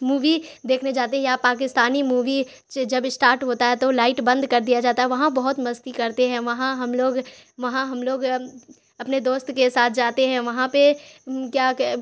movie دیکھنے جاتے ہیں یا پاکستانی مووی جب اسٹارٹ ہوتا ہے تو لائٹ بند کر دیا جاتا ہے وہاں بہت مستی کرتے ہیں وہاں ہم لوگ وہاں ہم لوگ اپنے دوست کے ساتھ جاتے ہیں وہاں پہ کیا